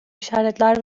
işaretler